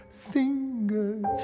fingers